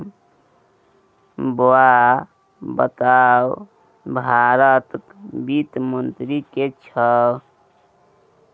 बौआ बताउ भारतक वित्त मंत्री के छै?